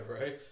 right